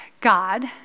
God